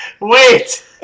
wait